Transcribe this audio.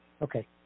Okay